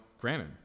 granted